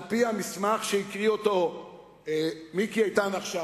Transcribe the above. על-פי המסמך שהקריא מיקי איתן עכשיו,